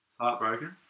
Heartbroken